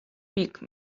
pic